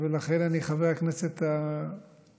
ולכן אני חבר הכנסת הוותיק,